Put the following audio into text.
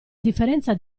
differenza